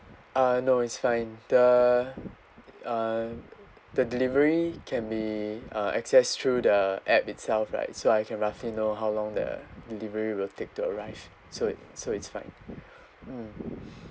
uh no it's fine the uh the delivery can be uh access through the app itself right so I can roughly know how long the delivery will take to arrive so it so it's fine mm